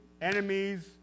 enemies